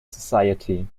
society